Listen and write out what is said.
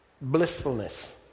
blissfulness